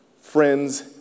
friends